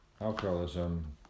alcoholism